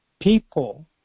People